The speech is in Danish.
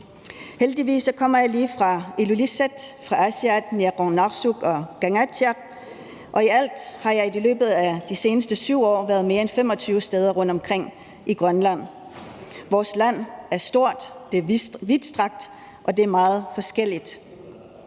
Heldigvis kommer jeg lige fra Ilulissat, Aasiaat, Niaqornaarsuk og Kangaatsiaq, og i alt har jeg i løbet af de seneste 7 år været mere end 25 steder rundtomkring i Grønland. Vores land er stort, det er vidtstrakt, og det er meget forskelligt.